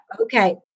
Okay